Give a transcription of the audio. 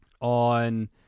on